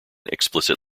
explicit